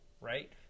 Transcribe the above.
right